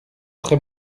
très